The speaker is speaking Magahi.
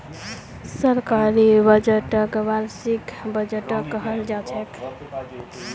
सरकारी बजटक वार्षिक बजटो कहाल जाछेक